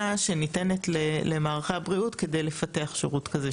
שניתנת למערכי הבריאות על מנת לפתח שירות כזה,